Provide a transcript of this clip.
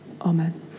Amen